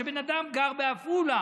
שבן אדם שגר בעפולה,